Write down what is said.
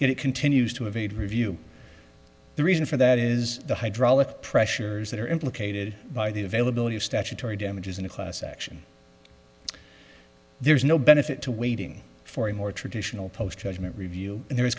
if it continues to evade review the reason for that is the hydraulic pressure that are implicated by the availability of statutory damages in a class action there's no benefit to waiting for a more traditional post judgment review and there